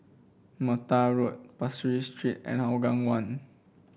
Mattar Road Pasir Ris Street and Hougang One